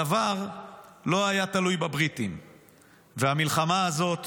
הדבר לא היה תלוי בבריטים והמלחמה הזאת